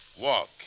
Walk